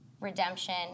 redemption